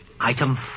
item